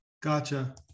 Gotcha